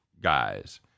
guys